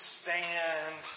stand